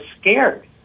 scared